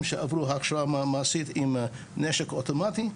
שעברו הכשרה מעשית עם נשק אוטומטי.